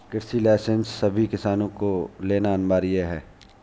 कृषि लाइसेंस को सभी किसान को लेना अनिवार्य है